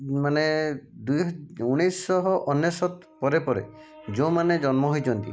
ମାନେ ଦୁଇ ଉଣେଇଶହ ଅନେଶ୍ୱତ ପରେ ପରେ ଯେଉଁମାନେ ଜନ୍ମ ହୋଇଛନ୍ତି